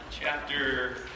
chapter